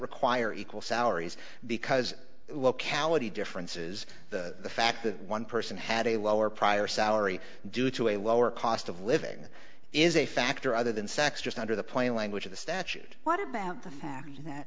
require equal salaries because locality differences the fact that one person had a lower prior salary due to a lower cost of living is a factor other than sex just under the plain language of the statute what about the fact that